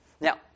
Now